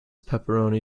pepperoni